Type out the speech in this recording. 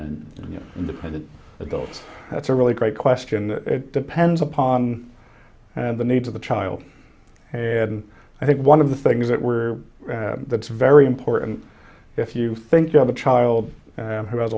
and independent adult that's a really great question depends upon the needs of the child and i think one of the things that we're that's very important if you think you have a child who has